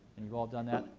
and you've all done that?